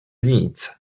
nic